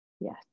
Yes